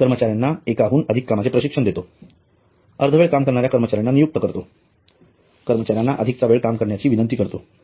कर्मचाऱ्यांना एकाहून अधिक कामाचे प्रशिक्षण देतो अर्धवेळ काम करणाऱ्या कर्मचाऱ्यांना नियुक्त करतो कर्मचाऱ्यांना अधिकचा वेळ काम करण्याची विनंती करतो